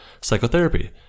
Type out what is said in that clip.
psychotherapy